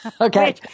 Okay